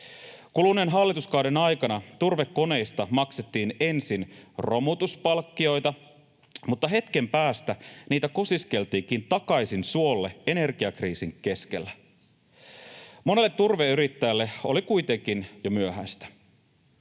Kuluneen hallituskauden aikana turvekoneista maksettiin ensin romutuspalkkioita mutta hetken päästä niitä kosiskeltiinkin takaisin suolle energiakriisin keskellä. Monelle turveyrittäjälle oli kuitenkin jo myöhäistä.